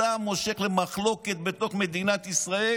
אתה מושך למחלוקת בתוך מדינת ישראל